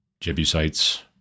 Jebusites